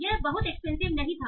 यह बहुत एक्सपेंसिव नहीं था